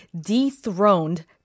dethroned